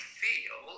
feel